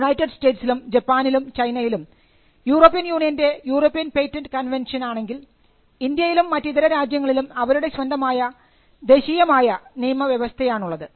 United സ്റ്റേറ്റ്സിലും ജപ്പാനിലും ചൈനയിലും യൂറോപ്യൻ യൂണിയൻറെ യൂറോപ്യൻ പേറ്റന്റ് കൺവെൻഷൻ ആണെങ്കിൽ ഇന്ത്യയിലും മറ്റിതര രാജ്യങ്ങളിലും അവരുടെ സ്വന്തമായ ദേശീയമായ നിയമവ്യവസ്ഥയാണുള്ളത്